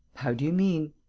how do you mean?